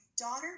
daughter